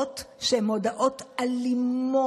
שבה אנחנו נלחמים מתוך אחדות מאוד גדולה,